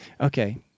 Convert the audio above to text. Okay